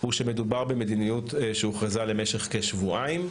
הוא שמדובר במדיניות שהוכרזה למשך כשבועיים,